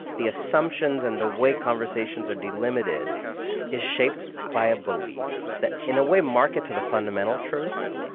the assumptions and the way conversations or delimited is shaped by a belief that in a way markets are the fundamental truths,